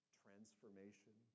transformation